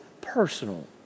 personal